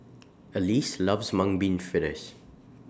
Elease loves Mung Bean Fritters